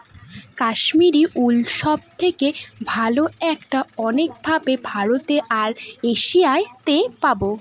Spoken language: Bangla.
কাশ্মিরী উল সব থেকে ভালো এটা অনেক ভাবে ভারতে আর এশিয়াতে পাবো